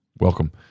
welcome